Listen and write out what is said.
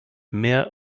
mehr